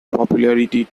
popularity